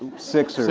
six,